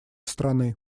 страны